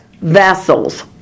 vessels